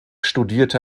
studierte